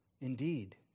indeed